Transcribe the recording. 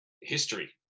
history